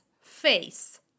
face